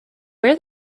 wear